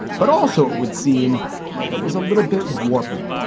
but also, it would seem that was a little bit warping